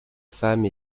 femme